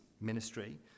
ministry